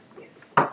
Yes